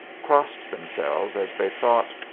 crossed themselves as they thought,